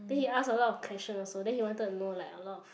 then he asked a lot of question also then he wanted to know like a lot of